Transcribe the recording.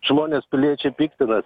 žmonės piliečiai piktinas